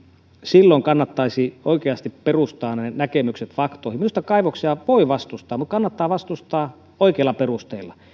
silloin kannattaisi oikeasti perustaa näkemykset faktoihin minusta kaivoksia voi vastustaa mutta kannattaa vastustaa oikeilla perusteilla